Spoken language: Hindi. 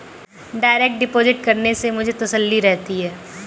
डायरेक्ट डिपॉजिट करने से मुझे तसल्ली रहती है